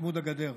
צמוד הגדר.